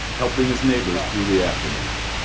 helping his neighbors through the aftermath.